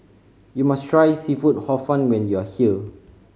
you must try seafood Hor Fun when you are here